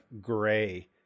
gray